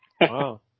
Wow